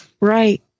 Right